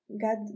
God